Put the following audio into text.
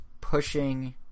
pushing